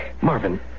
Marvin